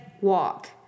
walk